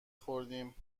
خوردیم